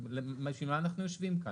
אז בשביל מה אנחנו יושבים כאן?